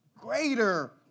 greater